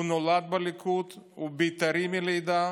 הוא נולד בליכוד, הוא בית"רי מלידה.